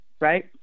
Right